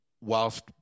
whilst